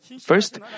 First